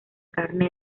carne